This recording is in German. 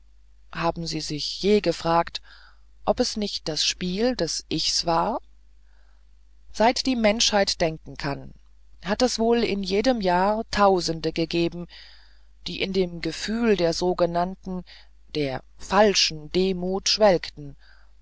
haben sie sich je gefragt ob es nicht das spiel des ichs war seit die menschheit denken kann hat es wohl in jedem jahr tausende gegeben die in dem gefühl der sogenannten der falschen demut schwelgten